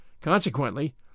Consequently